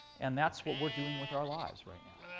and that's what we're doing with our lives right now,